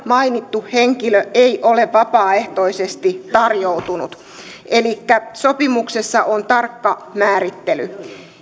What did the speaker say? mainittu henkilö ei ole vapaaehtoisesti tarjoutunut elikkä sopimuksessa on tarkka määrittely